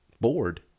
bored